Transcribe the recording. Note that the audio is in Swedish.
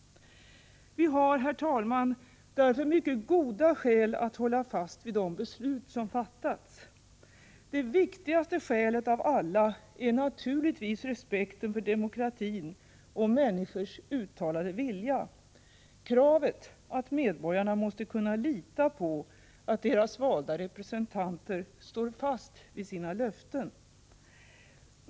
Vi har, herr talman, därför mycket goda skäl att hålla fast vid de beslut som fattats. Det viktigaste skälet av alla är naturligtvis respekten för demokratin och människors uttalade vilja — kravet att medborgarna måste kunna lita på att deras valda representanter står fast vid sina löften.